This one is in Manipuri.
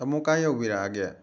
ꯇꯥꯃꯣ ꯀꯥꯏ ꯌꯧꯕꯤꯔꯛꯑꯒꯦ